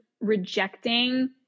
rejecting